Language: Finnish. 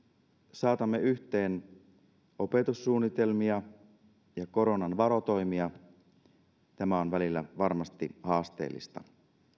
saatamme yhteen opetussuunnitelmia ja koronan varotoimia se on välillä varmasti haasteellista